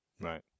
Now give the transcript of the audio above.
Right